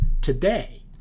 today